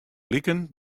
bliken